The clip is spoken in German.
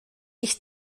ich